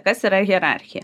kas yra hierarchija